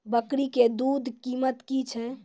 बकरी के दूध के कीमत की छै?